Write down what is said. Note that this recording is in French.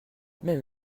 même